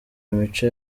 imico